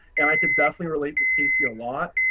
and i can definitely relate to casey a lot.